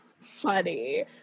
funny